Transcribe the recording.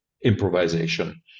improvisation